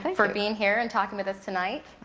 for being here and talking with us tonight.